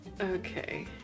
okay